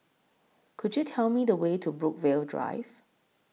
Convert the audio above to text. Could YOU Tell Me The Way to Brookvale Drive